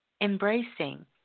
embracing